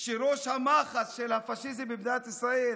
שראש הנחש של הפשיזם במדינת ישראל